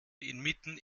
inmitten